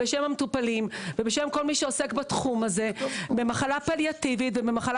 בשם המטופלים ובשם כל מי שעוסק בתחום הזה במחלה פליאטיבית ובמחלה